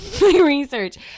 Research